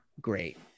great